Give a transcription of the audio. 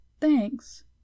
Thanks